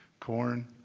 corn,